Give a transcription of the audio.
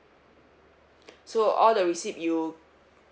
so all the receipt you